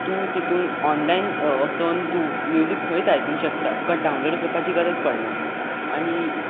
तूं तातूंत ऑनलायन वसोन तूं म्युजीक थंय आयकोंक शकता तुका डावनलोड करपाची गरज ना आनी